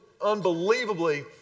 unbelievably